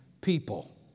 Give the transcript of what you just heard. people